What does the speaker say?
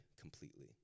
completely